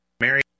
Mary